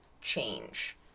change